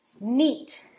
Neat